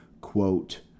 quote